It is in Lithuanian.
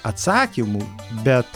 atsakymų bet